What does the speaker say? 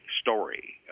story